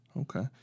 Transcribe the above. okay